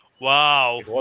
Wow